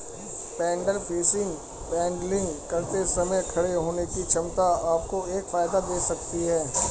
pedal fishing paddling करते समय खड़े होने की क्षमता आपको एक फायदा दे सकती है